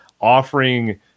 offering